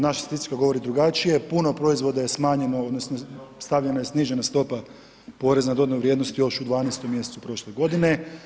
Naša statistika govori drugačije, puno proizvoda je smanjeno, odnosno, stavljena je snižena stopa poreza na dodanu vrijednost još u 12. mj. prošle godine.